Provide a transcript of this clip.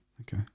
Okay